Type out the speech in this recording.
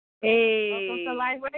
Hey